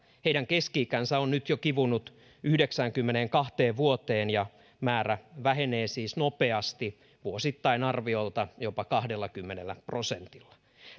heidän keski ikänsä on nyt jo kivunnut yhdeksäänkymmeneenkahteen vuoteen ja määrä vähenee siis nopeasti vuosittain arviolta jopa kahdellakymmenellä prosentilla